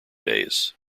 days